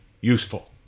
useful